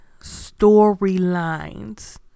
storylines